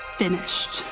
finished